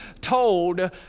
told